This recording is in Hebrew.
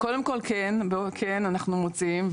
קודם כל, כן, אנחנו מוצאים.